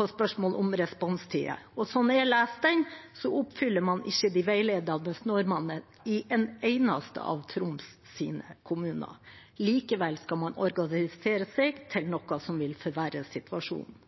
på spørsmål om responstider. Slik jeg leser det, oppfyller man ikke de veiledende normene for responstid i en eneste av Troms’ kommuner. Likevel skal man organisere seg til noe som vil forverre situasjonen.